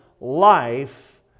life